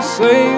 say